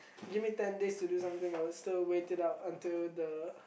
give me ten days to do something I would still wait it out until the